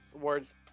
Words